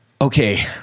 okay